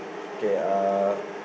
K uh